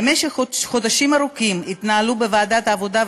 במשך חודשים ארוכים התנהלו בוועדת העבודה,